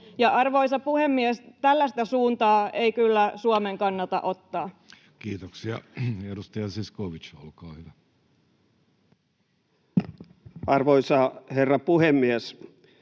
arvoisa puhemies, tällaista suuntaa ei kyllä Suomen kannata ottaa. Kiitoksia. — Edustaja Zyskowicz, olkaa hyvä. Arvoisa herra puhemies!